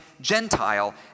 Gentile